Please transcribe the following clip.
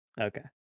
Okay